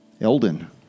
Elden